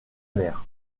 mer